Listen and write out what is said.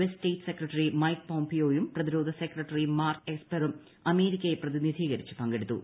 S state secretary Mike പോംപിയോയും പ്രതിരോധ secretary Mark എസ്പെറും അമേരിക്കയെ പ്രതിനിധീകരിച്ചു പങ്കെടുത്തു